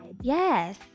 Yes